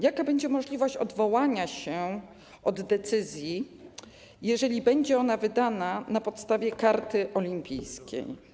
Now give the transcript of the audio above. Jaka będzie możliwość odwołania się od decyzji, jeżeli będzie ona wydana na podstawie karty olimpijskiej?